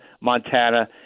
Montana